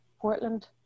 Portland